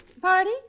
Party